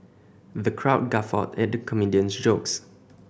the crowd guffawed at the comedian's jokes